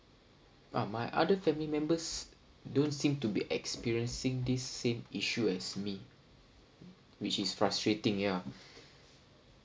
ah my other family members don't seem to be experiencing this same issue as me which is frustrating ya